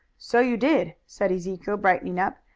so you did, said ezekiel, brightening up,